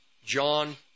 John